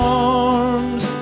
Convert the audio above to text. arms